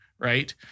Right